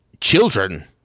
children